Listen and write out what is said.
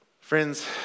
Friends